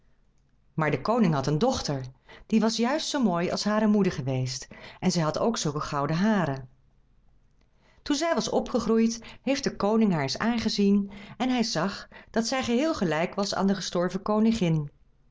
maar de koning had een dochter die was juist zoo mooi als hare moeder geweest was en zij had ook zulk gouden haar toen zij was opgegroeid heeft de koning haar eens aangezien en hij zag dat zij geheel gelijk was aan de gestorven koningin